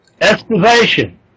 excavation